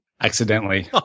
Accidentally